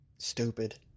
Stupid